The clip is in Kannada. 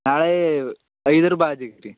ನಾಳೇ ಐದ್ರ ಬಾಜಿಕ್ ರೀ